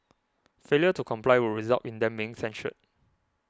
failure to comply would result in them being censured